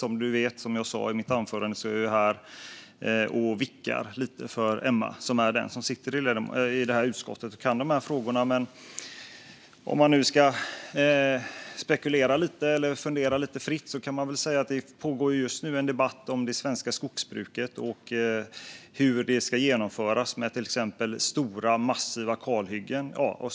Som ledamoten vet och som jag sa i mitt anförande är jag här och vickar lite för Emma, som är den som sitter i utskottet och kan dessa frågor. Men om jag ska spekulera eller fundera lite fritt kan jag säga att det just nu pågår en debatt om det svenska skogsbruket och hur det ska genomföras med till exempel stora, massiva kalhyggen.